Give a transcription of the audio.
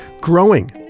growing